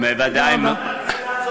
לאן זה הולך.